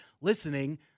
listening